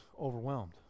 overwhelmed